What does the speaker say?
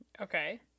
Okay